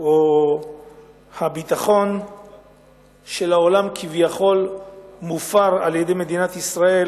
או שביטחון העולם כביכול מופר על-ידי מדינת ישראל,